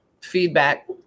feedback